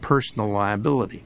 personal liability